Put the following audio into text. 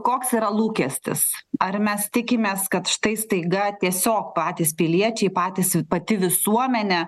koks yra lūkestis ar mes tikimės kad štai staiga tiesiog patys piliečiai patys ir pati visuomenė